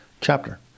chapter